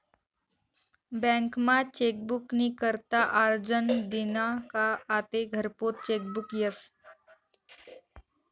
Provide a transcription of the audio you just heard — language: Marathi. बँकमा चेकबुक नी करता आरजं दिना का आते घरपोच चेकबुक यस